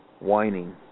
whining